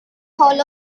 hall